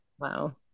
Wow